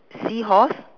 seahorse